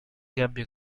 gabbia